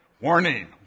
warning